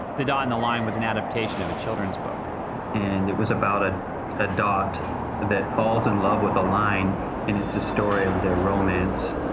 the dot in the line was an adaptation of a children's book and it was about a a dot that falls in love with a line and it's a story of their romance.